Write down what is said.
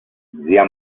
zia